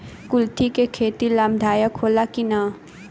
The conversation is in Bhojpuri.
कुलथी के खेती लाभदायक होला कि न?